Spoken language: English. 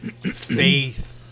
faith